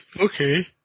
okay